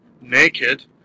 naked